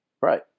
right